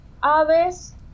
aves